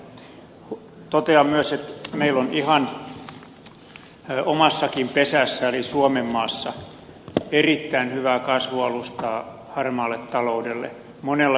totean myös että meillä on ihan omassakin pesässä eli suomenmaassa erittäin hyvää kasvualustaa harmaalle taloudelle monella suunnalla